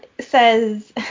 says